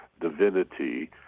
divinity